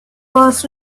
was